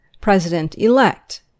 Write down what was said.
President-elect